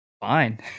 fine